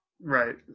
right